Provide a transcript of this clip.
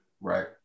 Right